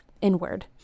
inward